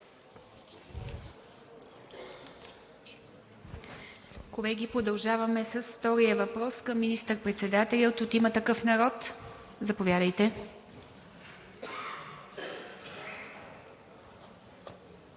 Колеги, продължаваме с втория въпрос към министър-председателя от „Има такъв народ“. Заповядайте.